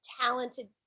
talented